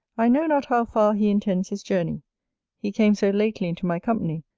i know not how far he intends his journey he came so lately into my company,